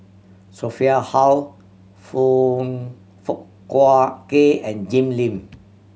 Sophia Hull Foong Fook Kay and Jim Lim